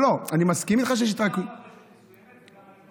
זה גם מרשת מסוימת וגם,